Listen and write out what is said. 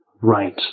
Right